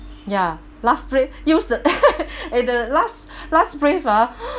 ya last use the eh the last last ah